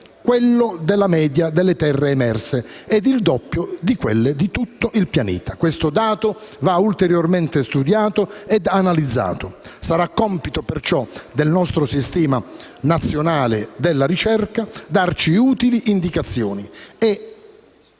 quella delle media delle terre emerse e il doppio di quella di tutto il pianeta. Tale dato va ulteriormente studiato e analizzato. Sarà compito perciò del nostro sistema nazionale della ricerca darci utili indicazioni.